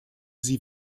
sie